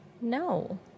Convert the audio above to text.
No